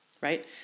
Right